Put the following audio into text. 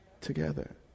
together